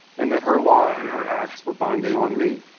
and that her law and her acts were binding on me.